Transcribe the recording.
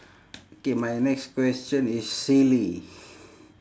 okay my next question is silly